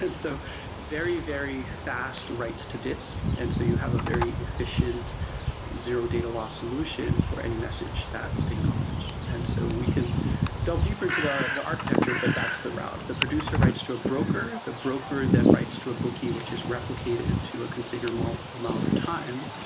and so very, very fast writes to disk, and so you have a very efficient zero data loss solution for any message that's acknowledged. and so we can delve deeper into the the architecture, but that's the route. the producer writes to a broker, the broker then writes to a bookie, which is replicated to a configurable amount of time.